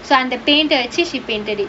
so I am the painter actually she painted it